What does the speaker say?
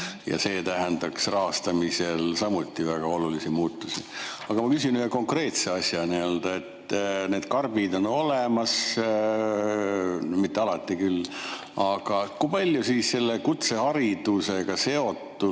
ja see tähendaks rahastamisel samuti väga olulisi muutusi. Aga ma küsin ühe konkreetse asja: need karbid on olemas, mitte küll alati, aga kui palju selle kutseharidusega seotult